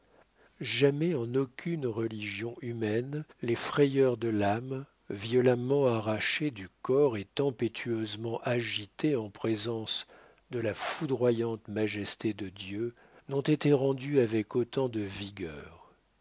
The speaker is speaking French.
jamais en aucune religion humaine les frayeurs de l'âme violemment arrachée du corps et tempêtueusement agitée en présence de la foudroyante majesté de dieu n'ont été rendues avec autant de vigueur